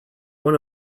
one